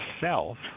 self